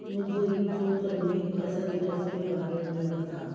मुझे जो संगीत पसंद है उसके बारे में बताओ